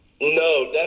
No